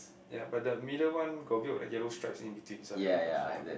ya but the middle one got a bit of like yellow stripes in between so I no question okay